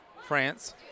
France